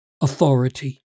authority